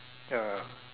ya ya